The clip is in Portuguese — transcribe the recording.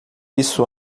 isso